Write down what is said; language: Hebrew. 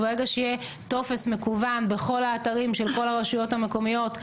ברגע שיהיה טופס מקוון בכל האתרים של כל הרשויות המקומיות,